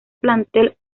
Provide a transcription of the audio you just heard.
plantel